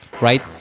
right